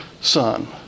Son